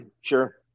Sure